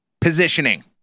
positioning